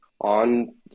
on